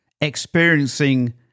experiencing